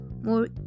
more